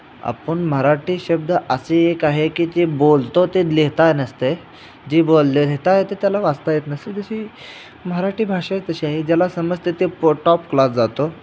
आपण मराठी शब्द असे एक आहे की जी बोलतो ते लिहिता नसतंय जी बोल लिहिता येते त्याला वाचता येत नसते जशी मराठी भाषा तशी आहे ज्याला समजते तो टॉप क्लास जातो